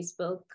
Facebook